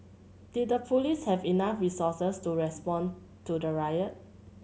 did the police have enough resources to respond to the riot